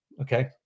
Okay